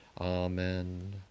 Amen